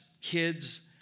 kids